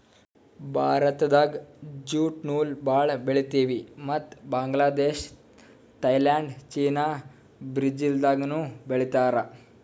ಭಾರತ್ದಾಗ್ ಜ್ಯೂಟ್ ನೂಲ್ ಭಾಳ್ ಬೆಳಿತೀವಿ ಮತ್ತ್ ಬಾಂಗ್ಲಾದೇಶ್ ಥೈಲ್ಯಾಂಡ್ ಚೀನಾ ಬ್ರೆಜಿಲ್ದಾಗನೂ ಬೆಳೀತಾರ್